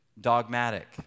dogmatic